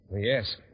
Yes